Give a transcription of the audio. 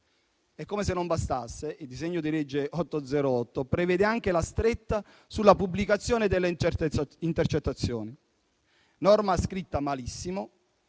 Come se non bastasse, il disegno di legge n. 808 prevede anche la stretta sulla pubblicazione delle intercettazioni, norma scritta malissimo,